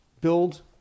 build